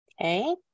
Okay